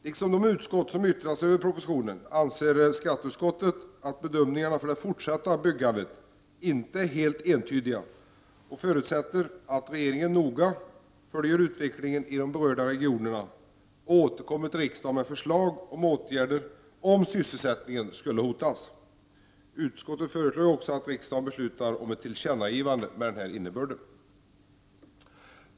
Liksom de utskott som yttrat sig över propositionen anser skatteutskottet att bedömningarna för det fortsatta byggandet inte är helt entydiga och förutsätter att regeringen noga följer utvecklingen i de berörda regionerna och återkommer till riksdagen med förslag till åtgärder om sysselsättningen skulle hotas. Utskottet föreslår också att riksdagen beslutar om ett tillkännagivande till regeringen med denna innebörd.